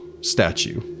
statue